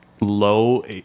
low